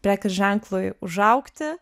prekės ženklui užaugti